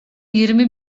yirmi